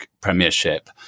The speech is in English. premiership